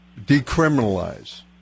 decriminalize